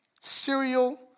cereal